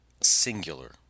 singular